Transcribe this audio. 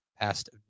past